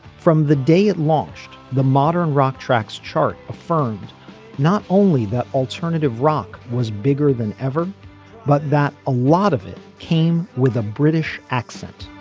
from the day it launched the modern rock tracks chart affirmed not only that alternative rock was bigger than ever but that a lot of it came with a british accent.